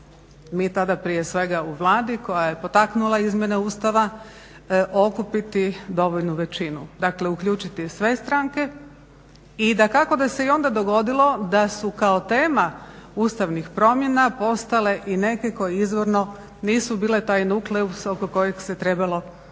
mi tada prije svega u Vladi koja je potaknula izmjene Ustava okupiti dovoljnu većinu, dakle uključiti sve stranke i dakako da se i onda dogodilo da su kao tema ustavnih promjena postale i neke koje izvorno nisu bile taj nukleus oko kojeg se trebalo dogovoriti,